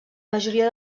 majoria